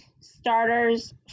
Starters